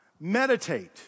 Meditate